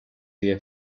vive